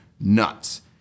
nuts